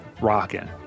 rocking